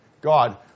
God